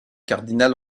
cardinal